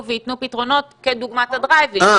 וייתנו פתרונות כדוגמת הדרייב אין.